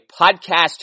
podcast